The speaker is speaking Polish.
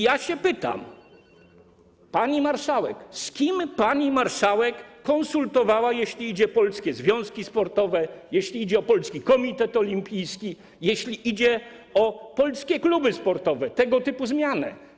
Ja się pytam: Pani marszałek, z kim pani marszałek konsultowała, jeśli idzie o polskie związki sportowe, jeśli idzie o Polski Komitet Olimpijski, jeśli idzie o polskie kluby sportowe, tego typu zmianę?